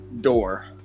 Door